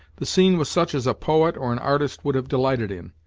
the scene was such as a poet or an artist would have delighted in,